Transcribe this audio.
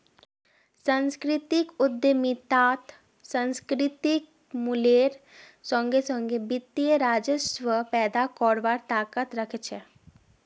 सांस्कृतिक उद्यमितात सांस्कृतिक मूल्येर संगे संगे वित्तीय राजस्व पैदा करवार ताकत रख छे